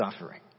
suffering